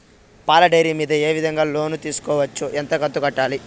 పాల డైరీ మీద ఏ విధంగా లోను తీసుకోవచ్చు? ఎంత కంతు కట్టాలి?